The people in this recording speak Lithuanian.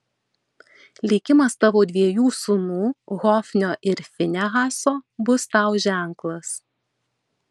likimas tavo dviejų sūnų hofnio ir finehaso bus tau ženklas